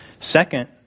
Second